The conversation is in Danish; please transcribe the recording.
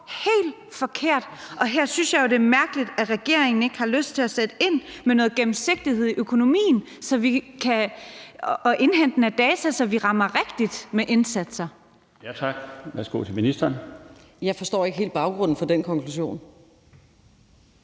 helt forkert. Her synes jeg jo, det er mærkeligt, at regeringen ikke har lyst til at sætte ind med noget gennemsigtighed i økonomien og indhentning af data, så vi rammer rigtigt med indsatserne.